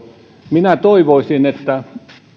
minä toivoisin että